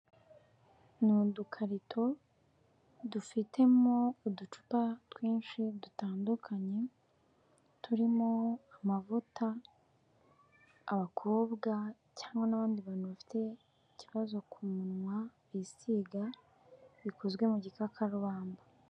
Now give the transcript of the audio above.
Ni udukarito dufitemo uducupa twinshi dutandukanye, turimo amavuta abakobwa cyangwa n'abandi bantu bafite ikibazo ku munwa bisiga, bikozwe mu gikakarubamba.